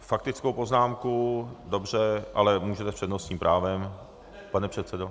Faktickou poznámku, dobře, ale můžete s přednostním právem, pane předsedo.